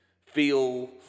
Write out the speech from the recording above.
feel